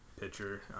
pitcher